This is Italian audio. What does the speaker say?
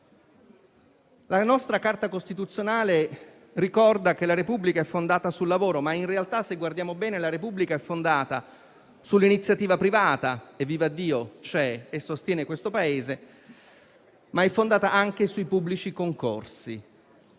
La nostra Carta costituzionale ricorda che la Repubblica è fondata sul lavoro, ma in realtà - se guardiamo bene - è fondata sull'iniziativa privata - che, vivaddio, c'è e sostiene questo Paese - e anche sui pubblici concorsi,